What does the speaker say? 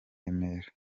remera